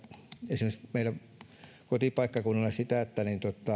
esimerkiksi meidän kotipaikkakunnalla sitä että